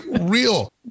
real